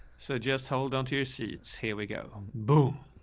so just hold onto your seats. here we go. boom.